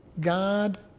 God